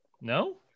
no